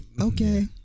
Okay